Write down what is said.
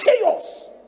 chaos